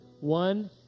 one